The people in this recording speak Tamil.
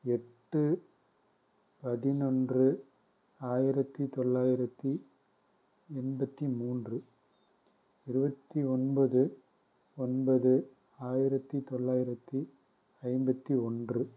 எட்டு பதினொன்று ஆயிரத்தி தொள்ளாயிரத்தி எண்பத்தி மூன்று இருபத்தி ஒன்பது ஒன்பது ஆயிரத்தி தொள்ளாயிரத்தி ஐம்பத்தி ஒன்று